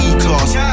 E-Class